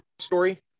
story